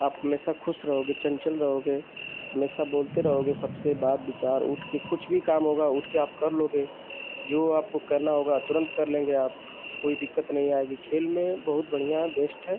आप हमेशा खुश रहोगे चंचल रहोगे हमेशा बोलते रहोगे सबसे बात विचार उठकर कुछ भी काम होगा उठकर आप कर लोगे जो आपको करना होगा तुरन्त कर लेंगे आप कोई दिक्कत नहीं आएगी खेल में बहुत बढ़ियाँ बेस्ट है